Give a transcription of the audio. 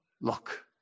look